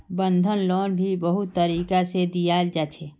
बंधक लोन भी बहुत तरीका से दियाल जा छे